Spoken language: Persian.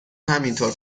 همینطور